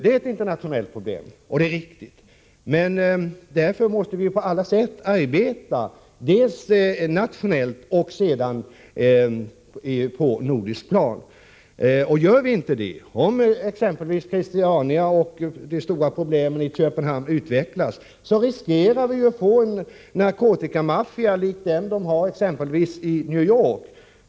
Det är ett internationellt problem — det är riktigt. Men därför måste vi på alla sätt arbeta dels nationellt, dels på ett nordiskt plan. Om vi inte gör det och de stora problemen i Christiania och i Köpenhamn utvecklas, riskerar vi att få en narkotikamaffia lik den man har i t.ex. New York.